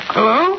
Hello